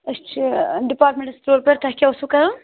أسۍ چھِ departmental store پٮ۪ٹھ تۄہہِ کیٛاہ اوسوٕ کَرُن